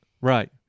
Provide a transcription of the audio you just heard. Right